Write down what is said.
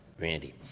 Randy